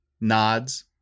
nods